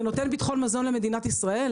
זה נותן ביטחון מזון למדינת ישראל?